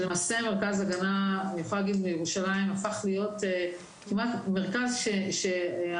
למעשה מרכז ההגנה בירושלים הפך להיות כמעט מרכז שהחברה